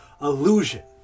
Illusion